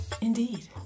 Indeed